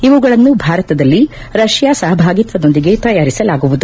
ಇವುಗಳನ್ನು ಭಾರತದಲ್ಲಿ ರಷ್ಯಾ ಸಹಭಾಗಿತ್ವದೊಂದಿಗೆ ತಯಾರಿಸಲಾಗುವುದು